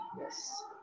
Yes